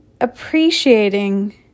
appreciating